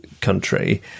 country